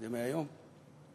זה מהיום?